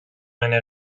eine